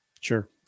Sure